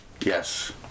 Yes